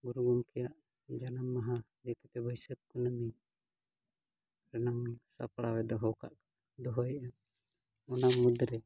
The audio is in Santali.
ᱜᱩᱨᱩ ᱜᱚᱢᱠᱮᱭᱟᱜ ᱡᱟᱱᱟᱢ ᱢᱟᱦᱟ ᱵᱟᱹᱭᱥᱟᱹᱠᱷ ᱠᱩᱱᱟᱹᱢᱤ ᱨᱮᱱᱟᱝ ᱥᱟᱯᱲᱟᱣ ᱮ ᱫᱚᱦᱚ ᱠᱟᱜ ᱫᱚᱦᱚᱭᱮᱜᱼᱟ ᱚᱱᱟ ᱢᱩᱫᱽᱨᱮ